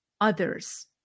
others